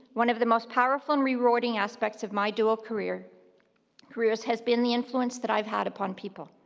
one of the most powerful and rewarding aspects of my dual careers careers has been the influence that i've had upon people.